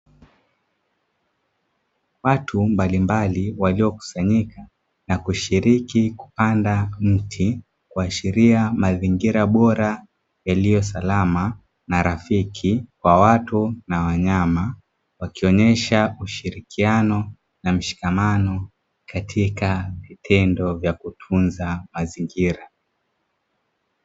Watu mbalimbali waliokusanyika na kushiriki kupanda mti kuashiria mazingira bora yaliyo salama na rafiki kwa watu na wanyama, wakionyesha ushirikiano na mshikamano katika vitendo vya kutunza mazingira.